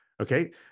Okay